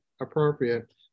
appropriate